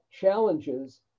challenges